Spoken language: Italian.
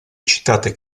citate